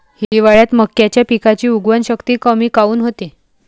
हिवाळ्यात मक्याच्या पिकाची उगवन शक्ती कमी काऊन होते?